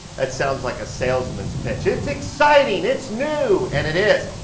it sounds like a salesman's pitch. it's exciting, it's new, and it is.